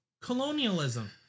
colonialism